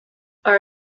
are